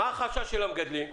החשש של המגדלים הוא